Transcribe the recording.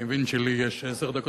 אני מבין שלי יש עשר דקות,